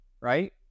Right